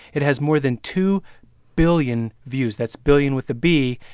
it has more than two billion views. that's billion with a b.